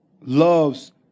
loves